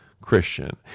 Christian